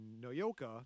Noyoka